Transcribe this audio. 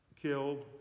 killed